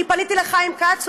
אני פניתי לחיים כץ,